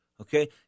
Okay